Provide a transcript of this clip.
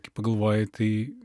kai pagalvoji tai